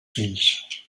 fills